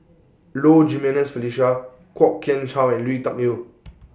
Low Jimenez Felicia Kwok Kian Chow and Lui Tuck Yew